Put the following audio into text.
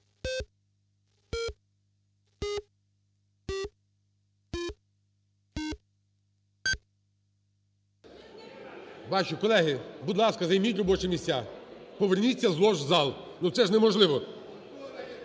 За-224 Колеги, будь ласка, займіть робочі місця, поверніться з лож в зал – це ж неможливо.